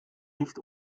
nicht